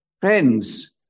Friends